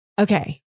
okay